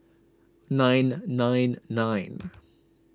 nine nine nine